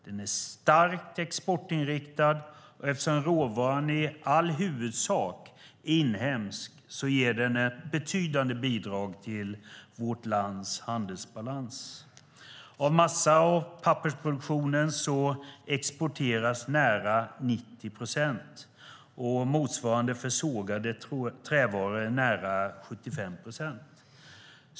Den är starkt exportinriktad, och eftersom råvaran i huvudsak är inhemsk ger den ett betydande bidrag till vårt lands handelsbalans. Av massa och pappersproduktionen exporteras nära 90 procent, och motsvarande för sågade trävaror är nära 75 procent.